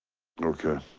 okay.